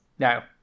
Now